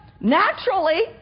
naturally